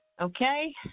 Okay